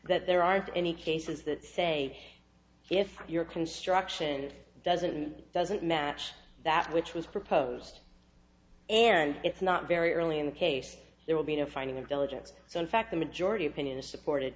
that there aren't any cases that say if your construction doesn't doesn't match that which was proposed and it's not very early in the case there will be no finding of diligence so in fact the majority opinion is supported